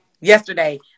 yesterday